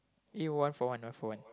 eh one for one one for one